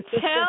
tell